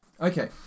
Okay